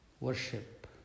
Worship